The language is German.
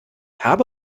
habe